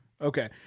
Okay